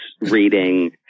reading